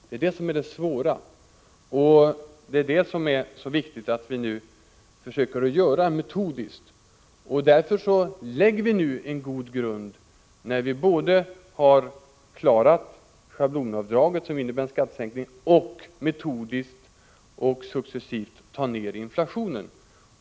Det är det som är det svåra, och det är viktigt att man försöker göra det metodiskt. Därför lägger vi nu en god grund, när vi har klarat schablonavdraget, som innebär en skattesänkning, och metodiskt och successivt tar ner inflationen.